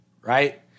right